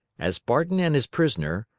as barton and his prisoner,